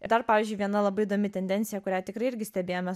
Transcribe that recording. ir dar pavyzdžiui viena labai įdomi tendencija kurią tikrai irgi stebėjome